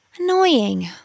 Annoying